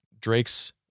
Drake's